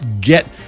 get